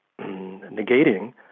negating